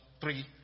three